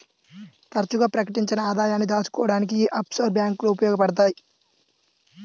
తరచుగా ప్రకటించని ఆదాయాన్ని దాచుకోడానికి యీ ఆఫ్షోర్ బ్యేంకులు ఉపయోగించబడతయ్